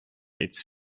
its